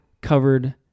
covered